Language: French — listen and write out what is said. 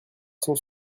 cent